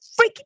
freaking